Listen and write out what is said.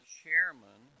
chairman